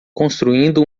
construindo